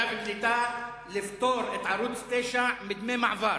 ועדה משותפת לכלכלה ולקליטה לפטור את ערוץ-9 מדמי מעבר.